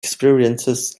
experiences